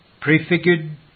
prefigured